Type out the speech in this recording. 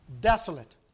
desolate